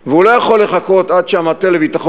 והוא לא יכול לחכות עד שהמטה לביטחון